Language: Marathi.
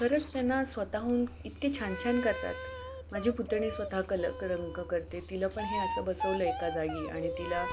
खरंच त्यांना स्वतःहून इतके छान छान करतात माझी पुतणी स्वतः कलक रंग करते तिला पण हे असं बसवलं एका जागी आणि तिला